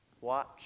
watch